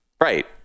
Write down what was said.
Right